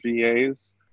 VAs